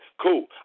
Cool